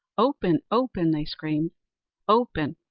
open! open! they screamed open,